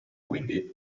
quindi